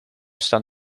staan